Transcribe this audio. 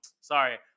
sorry